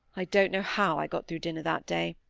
i don't know how i got through dinner that day.